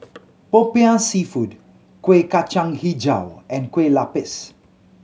Popiah Seafood Kuih Kacang Hijau and Kueh Lupis